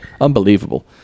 Unbelievable